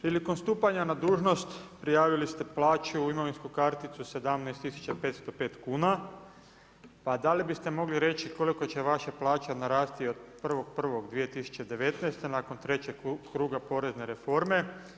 Prilikom stupanja na dužnost prijavili ste plaću u imovinsku karticu 17.505,00 kn, pa da li biste mogli reći koliko će vaša plaća narasti od 1.1.2019. nakon trećeg kruga porezne reforme.